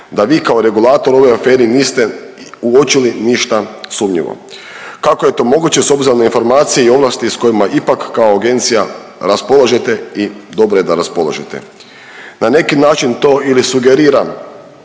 da vi kao regulator u ovoj aferi niste uočili ništa sumnjivo, kako je to moguće s obzirom na informacije i ovlasti s kojima ipak kao agencija raspolažete i dobro je da raspolažete. Na neki način to ili sugerira